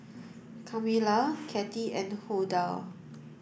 Kamilah Cathie and Huldah